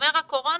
כשתיגמר הקורונה,